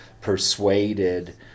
persuaded